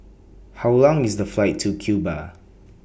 How Long IS The Flight to Cuba